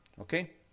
Okay